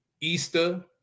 Easter